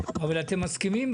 אבל אתם מסכימים,